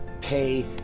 pay